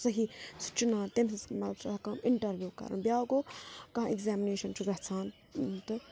صحیح سُہ چُنان تٔمۍ سٕنٛز مطلب کانٛہہ اِنٹَروِو کَرُن بیٛاکھ گوٚو کانٛہہ اِگزامنیشَن چھُ گَژھان تہٕ